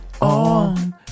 on